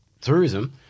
tourism, –